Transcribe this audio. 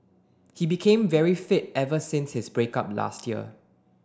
he became very fit ever since his break up last year